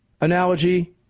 analogy